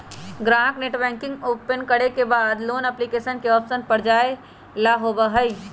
ग्राहक net banking open करे के बाद लोन एप्लीकेशन ऑप्शन पर जाय ला होबा हई